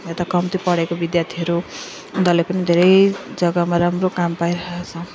यता कम्ती पढेको विद्यार्थीहरू उनीहरूले पनि धेरै जग्गामा राम्रो काम पाइरहेको छ